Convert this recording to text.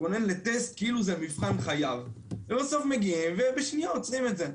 להתכונן לטסט כאילו זה מבחן חייו ובסוף מגיעים בשניות עוצרים את זה.